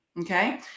Okay